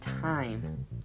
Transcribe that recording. time